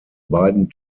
beiden